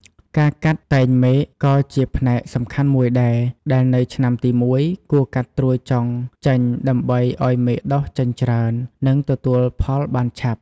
ការកាត់តែងមែកក៏ជាផ្នែកសំខាន់មួយដែរ ដោយនៅឆ្នាំទីមួយ គួរកាត់ត្រួយចុងចេញដើម្បីឲ្យមែកដុះចេញច្រើន និងទទួលផលបានឆាប់។